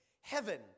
heaven